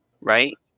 right